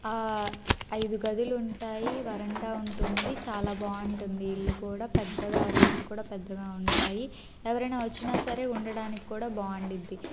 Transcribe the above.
ఐదు గదులు ఉంటాయి వరండా ఉంటుంది చాలా బాగుంటుంది ఇల్లు కూడా పెద్దగా రూమ్స్ కూడా పెద్దగా ఉంటాయి ఎవరైనా వచ్చినా సరే ఉండడానికి కూడా బాగుండిద్ది